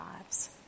lives